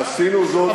עשינו זאת בלב כבד,